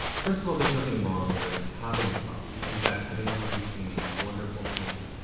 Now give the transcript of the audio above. first of all, there's nothing wrong with having a hobby. in fact, having a hobby seems wonderful to me.